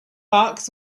barks